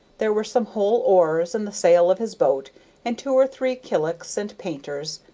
there were some whole oars and the sail of his boat and two or three killicks and painters,